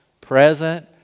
present